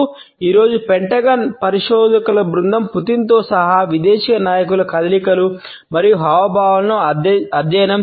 ఈ రోజు పెంటగాన్ పరిశోధకుల బృందం పుతిన్తో సహా విదేశీ నాయకుల కదలికలు మరియు హావభావాలను అధ్యయనం చేయడం